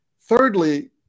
Thirdly